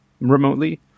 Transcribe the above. remotely